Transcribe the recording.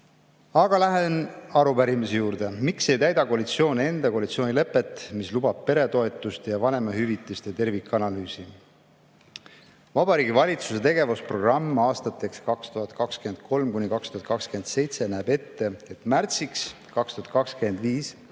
Aga lähen arupärimise juurde. Miks ei täida koalitsioon enda koalitsioonilepet, mis lubab peretoetuste ja vanemahüvitiste tervikanalüüsi? Vabariigi Valitsuse tegevusprogramm aastateks 2023–2027 näeb ette, et märtsiks 2025